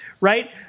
right